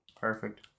Perfect